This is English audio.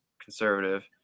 conservative